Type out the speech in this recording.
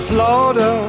Florida